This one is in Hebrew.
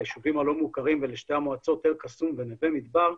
ליישובים הלא מוכרים ולשתי המועצות אל קסום ונווה מדבר,